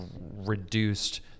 Reduced